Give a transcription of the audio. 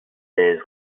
days